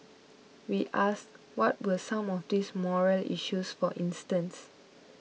we asked what were some of these morale issues for instance